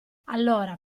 allora